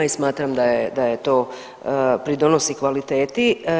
I smatram da to pridonosi kvaliteti.